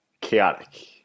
chaotic